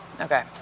Okay